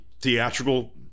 theatrical